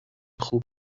خوب